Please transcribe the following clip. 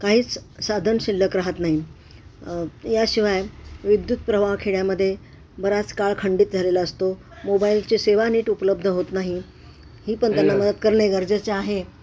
काहीच साधन शिल्लक राहत नाही याशिवाय विद्युत प्रवाह खेड्यामध्ये बराच काळ खंडित झालेला असतो मोबाईलची सेवा नीट उपलब्ध होत नाही ही पण त्यांना मदत करणे गरजेचे आहे